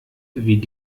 wie